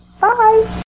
Bye